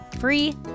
free